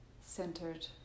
centered